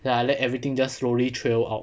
ya I let everything just slowly trail out